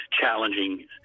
challenging